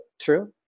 True